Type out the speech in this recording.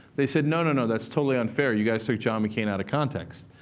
they said, no, no, no, that's totally unfair. you guys took john mccain out of context.